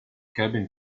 cabin